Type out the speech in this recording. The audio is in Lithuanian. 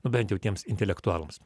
nu bent jau tiems intelektualams